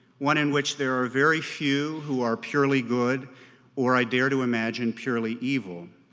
one in which there are very few who are purely good or, i dare to imagine, purely evil.